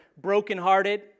brokenhearted